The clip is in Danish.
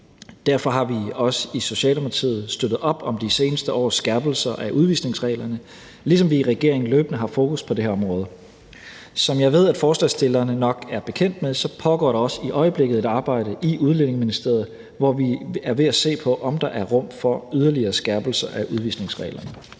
Derfor har vi også i Socialdemokratiet støttet op om de seneste års skærpelser af udvisningsreglerne, ligesom vi i regeringen løbende har fokus på det her område. Som jeg ved at forslagsstillerne nok er bekendt med, pågår der også i øjeblikket et arbejde i Udlændinge- og Integrationsministeriet, hvor vi er ved at se på, om der er rum for yderligere skærpelser af udvisningsreglerne.